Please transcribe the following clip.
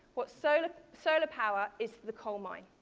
what so solar power is to the coal mine.